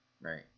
Right